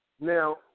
Now